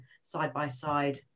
side-by-side